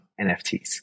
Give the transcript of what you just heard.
NFTs